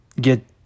get